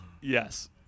Yes